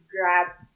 grab